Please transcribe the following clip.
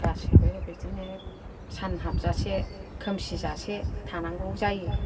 गासिबो बिदिनो सान हाबजासे खोमसि जासे थानांगौ जायो